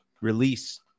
release